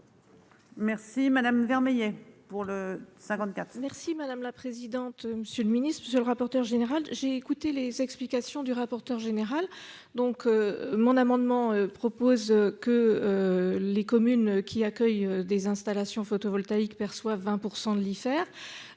Merci madame Vermeillet pour le 54. Merci madame la présidente. Monsieur le Ministre, monsieur le rapporteur général. J'ai écouté les explications du rapporteur général donc mon amendement propose que. Les communes qui accueillent des installations photovoltaïques perçoit 20% de l'IFER.